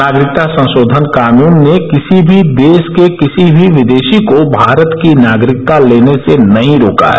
नागरिकता संशोधन कानून ने किसी भी देश के किसी भी विदेशी को भारत की नागरिकता लेने से नहीं रोका है